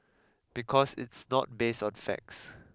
because it's not based on facts